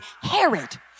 Herod